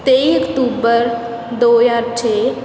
ਤੇਈ ਅਕਤੂਬਰ ਦੋ ਹਜ਼ਾਰ ਛੇ